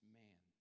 man